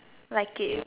like it